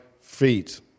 feet